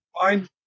Fine